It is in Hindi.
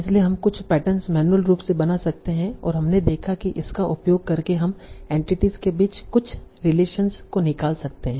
इसलिए हम कुछ पैटर्न मैन्युअल रूप से बना सकते हैं और हमने देखा कि इसका उपयोग करके हम एंटिटीस के बीच कुछ रिलेशनस को निकाल सकते हैं